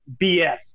BS